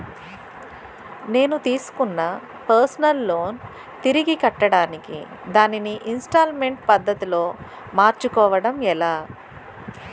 నేను తిస్కున్న personal loan తిరిగి కట్టడానికి దానిని ఇంస్తాల్మేంట్ పద్ధతి లో మార్చుకోవడం ఎలా?